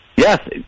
Yes